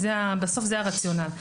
בסוף זה הרציונל.